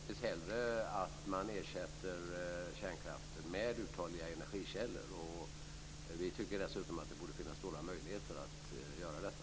Fru talman! Jag ser naturligtvis hellre att kärnkraften ersätts med uthålliga energikällor. Vi tycker dessutom att det borde finnas stora möjligheter att göra så.